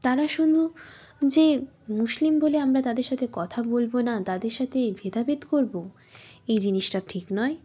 তারা শুধু যে মুসলিম বলে আমরা তাদের সাথে কথা বলবো না তাদের সাথে ভেদাভেদ করব এই জিনিসটা ঠিক নয়